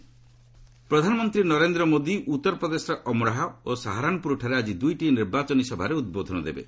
PM rally UP ପ୍ରଧାନମନ୍ତ୍ରୀ ନରେନ୍ଦ୍ର ମୋଦି ଉତ୍ତରପ୍ରଦେଶର ଅମ୍ରୋହା ଓ ସାହାରନ୍ପୁରଠାରେ ଆଜି ଦୁଇଟି ନିର୍ବାଚନୀ ସଭାରେ ଉଦ୍ବୋଧନ ଦେବେ